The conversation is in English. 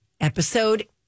episode